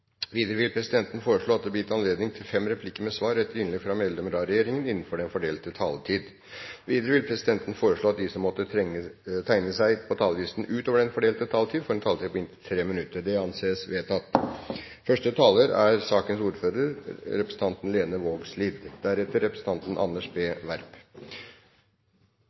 Videre vil presidenten foreslå at det blir gitt anledning til fem replikker med svar etter innlegg fra medlemmer av regjeringen, innenfor den fordelte taletid. Videre blir det foreslått at de som måtte tegne seg på talerlisten utover den fordelte taletid, får en taletid på inntil 3 minutter. – Det anses vedtatt. Eg vil starte med å takke komiteen for eit godt og viktig samarbeid i saka. Det er